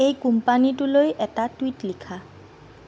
এই কোম্পানীটোলৈ এটা টুইট লিখা